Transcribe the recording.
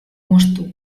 moztu